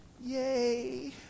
Yay